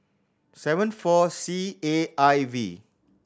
seven four C A I V